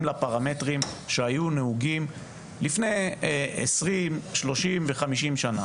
לפרמטרים שהיו נהוגים לפני עשרים-חמישים שנים.